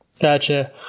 Gotcha